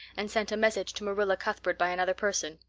and sent a message to marilla cuthbert by another person.